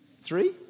Three